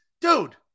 Dude